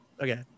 okay